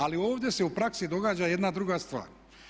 Ali ovdje se u praksi događa jedna druga stvar.